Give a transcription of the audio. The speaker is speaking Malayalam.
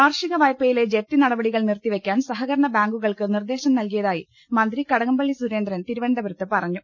കാർഷിക വായ്പയിലെ ജപ്തി നടപടികൾ നിർത്തിവെ ക്കാൻ സഹകരണ ബാങ്കുകൾക്ക് നിർദേശം നൽകിയതായി മന്ത്രി കടകംപള്ളി സൂരേന്ദ്രൻ തിരുവനന്തപൂരത്ത് പറഞ്ഞു